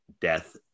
death